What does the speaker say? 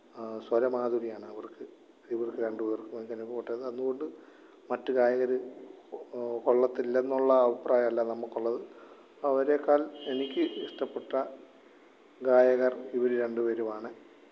സ്വരമാധുരിയാണവര്ക്ക് ഇവര്ക്ക് രണ്ട് പേര്ക്കും അങ്ങനെ പോട്ടേന്ന് കൊണ്ട് മറ്റു ഗായകർ കൊള്ളത്തില്ലെന്നുള്ള അഭിപ്രായമല്ല നമ്മൾക്കുള്ളത് അവരേക്കാൾ എനിക്ക് ഇഷ്ടപ്പെട്ട ഗായകര് ഇവർ രണ്ട് പേരുമാണ്